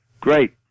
Great